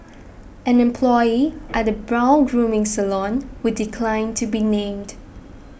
an employee at a brow grooming salon who declined to be named